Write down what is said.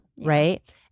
right